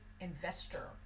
investor